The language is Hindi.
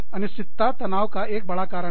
अनिश्चितता तनाव का एक बड़ा कारण है